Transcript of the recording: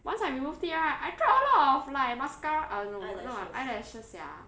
once I removed it right I drop a lot of like mascara uh no no eyelashes sia